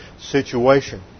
situation